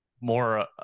more